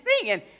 singing